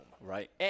Right